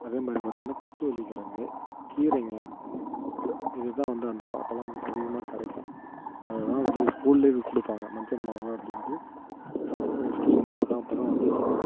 அதேமாதிரி பார்த்திங்கனா குச்சிவள்ளி கிழங்கு கீரைங்க இது தான் வந்து அந்த காலத்திலலாம் வந்து அதிகமாக கிடைக்கும் அதைதான் வந்து ஸ்கூலிலையும் கொடுப்பாங்க மஞ்சள் மாவு அப்படின்ட்டு சத்துணவு ஸ்கீம் அப்போ தான் அப்போ தான் வந்துச்சு